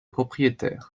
propriétaire